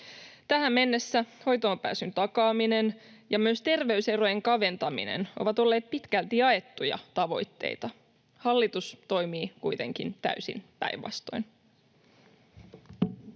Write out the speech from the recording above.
Tähän mennessä hoitoonpääsyn takaaminen ja myös terveyserojen kaventaminen ovat olleet pitkälti jaettuja tavoitteita. Hallitus toimii kuitenkin täysin päinvastoin.